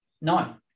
No